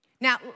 Now